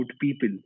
people